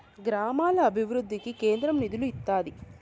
గ్రామాల అభివృద్ధికి కేంద్రం నిధులు ఇత్తాది